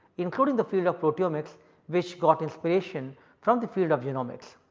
including the field of proteomics which got inspiration from the field of genomics.